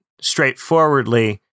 straightforwardly